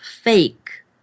fake